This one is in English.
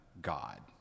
God